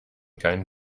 keinen